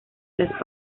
las